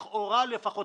לכאורה לפחות,